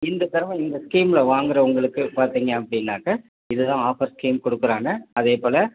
இந்த தடவை இந்த ஸ்கீம்மில் வாங்குறவங்களுக்கு பார்த்தீங்க அப்படின்னாக்கா இத தான் ஆஃபர் ஸ்கீம் கொடுக்குறாங்க அதேப்போல்